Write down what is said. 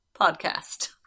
podcast